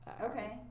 Okay